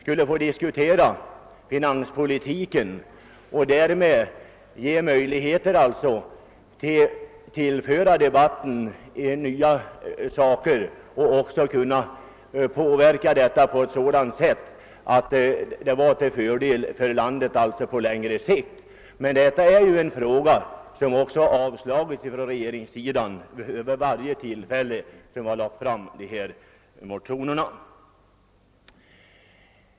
Vid en sådan rundabordskonferens skulle man kunna diskutera finanspolitiken och tillföra debatten nya synpunkter, något som skulle bli till fördel för landet på längre sikt. Men dessa förslag har vid varje tillfälle som de framförts tillbakavisats av regeringspartiet.